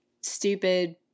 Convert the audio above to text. stupid